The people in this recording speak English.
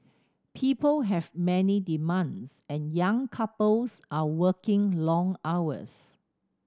people have many demands and young couples are working long hours